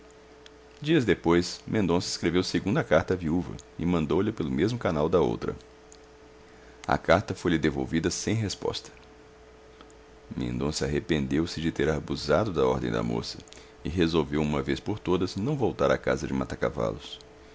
dias depois mendonça escreveu segunda carta à viúva e mandou lha pelo mesmo canal da outra a carta foi-lhe devolvida sem resposta mendonça arrependeu-se de ter abusado da ordem da moça e resolveu de uma vez por todas não voltar à casa de